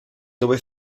dove